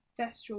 thestral